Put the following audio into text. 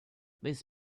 this